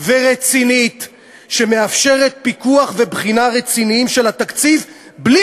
ורצינית שמאפשרת פיקוח ובחינה רציניים של התקציב בלי